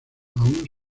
aún